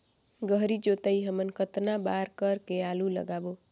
गहरी जोताई हमन कतना बार कर के आलू लगाबो?